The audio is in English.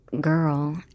girl